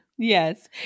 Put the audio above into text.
Yes